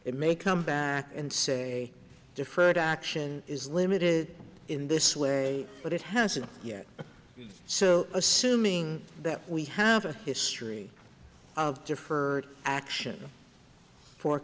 it may come back and say deferred action is limited in this way but it hasn't yet so assuming that we have a history of deferred action fo